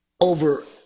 over